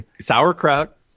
sauerkraut